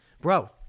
Bro